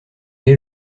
est